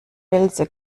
welse